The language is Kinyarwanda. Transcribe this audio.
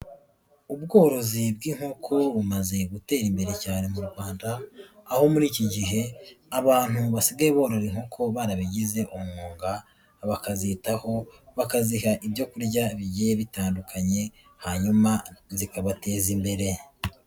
Ubworozi bw'inkoko bumaze gutera imbere cyane mu Rwanda, aho muri iki gihe abantu basigaye borora inkoko barabigize umwuga, bakazitaho, bakaziha ibyo kurya bigiye bitandukanye, hanyuma zikabateza imbere.